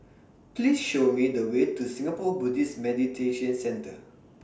Please Show Me The Way to Singapore Buddhist Meditation Centre